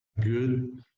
good